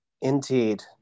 Indeed